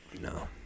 No